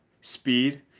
speed